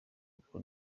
kuko